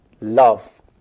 love